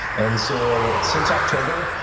and so since october,